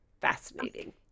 fascinating